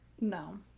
No